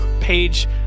page